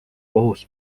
kohus